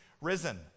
risen